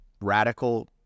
Radical